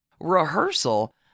Rehearsal